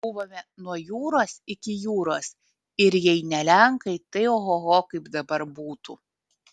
buvome nuo jūros iki jūros ir jei ne lenkai tai ohoho kaip dabar būtų